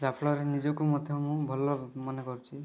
ଯାହାଫଳରେ ନିଜକୁ ମଧ୍ୟ ମୁଁ ଭଲ ମନେ କରୁଛି